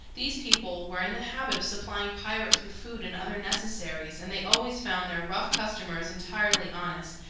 these people were in the habit of supplying pirates with food and other necessaries, and they always found their rough customers entirely honest,